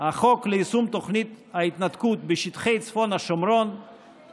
החוק ליישום תוכנית ההתנתקות בשטחי צפון השומרון,